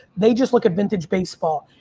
they just look at vintage baseball.